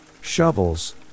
Shovels